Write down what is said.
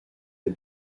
des